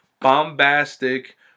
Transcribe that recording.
bombastic